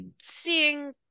Seeing